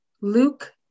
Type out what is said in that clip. Luke